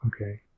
Okay